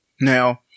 Now